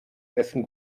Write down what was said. essen